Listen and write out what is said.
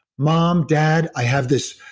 mom, dad, i have this.